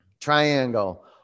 Triangle